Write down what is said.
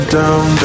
down